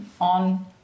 on